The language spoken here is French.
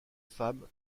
femme